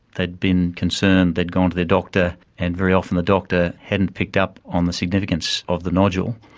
they'd been concerned, they'd gone to their doctor and very often the doctor hadn't picked up on the significance of the nodule,